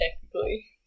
technically